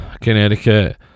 Connecticut